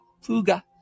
Fuga